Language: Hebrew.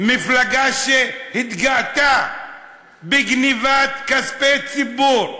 מפלגה שהתגאתה בגנבת כספי ציבור,